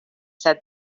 said